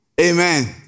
Amen